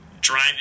driving